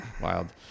Wild